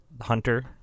Hunter